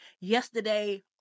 yesterday